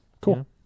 Cool